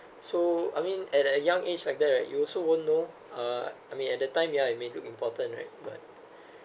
so I mean at a young age like that right you also won't know uh I mean at that time yeah it may look important right but